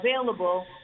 available